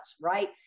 right